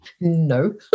No